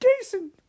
Jason